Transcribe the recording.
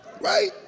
Right